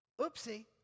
Oopsie